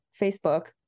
Facebook